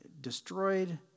destroyed